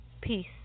Peace